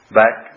back